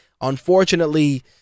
Unfortunately